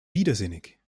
widersinnig